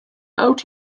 out